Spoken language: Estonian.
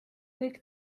kõik